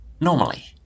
normally